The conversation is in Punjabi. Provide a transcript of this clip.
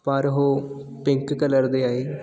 ਪਰ ਉਹ ਪਿੰਕ ਕਲਰ ਦੇ ਆਏ